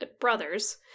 Brothers